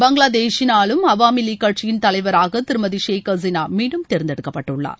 பங்களாதேஷின் ஆளும் அவாமி லீக் கட்சியின் தலைவராக திருமதி ஷேக் ஹசீனா மீண்டும் தேர்ந்தெடுக்கப்பட்டுள்ளார்